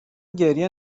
گریه